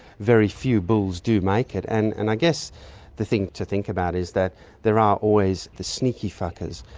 very few bulls do make it. and and i guess the thing to think about is that there are always the sneaky fuckers.